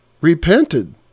repented